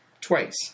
Twice